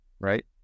Right